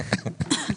הייתי.